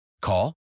Call